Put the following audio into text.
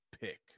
pick